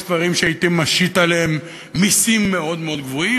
יש דברים שהייתי משית עליהם מסים מאוד מאוד גבוהים,